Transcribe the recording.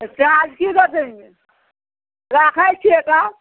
तऽ चार्ज कि दर देलिए राखै छिए तब